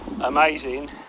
amazing